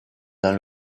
dans